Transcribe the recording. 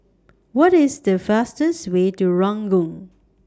What IS The fastest Way to Ranggung